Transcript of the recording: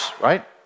right